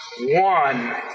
one